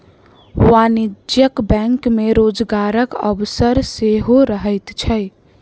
वाणिज्यिक बैंक मे रोजगारक अवसर सेहो रहैत छै